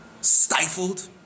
stifled